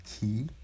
key